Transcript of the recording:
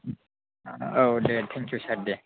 औ दे thank you sir दे